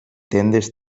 tendes